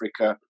Africa